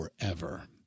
forever